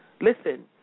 Listen